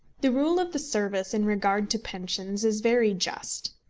the rule of the service in regard to pensions is very just.